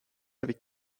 avec